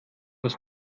das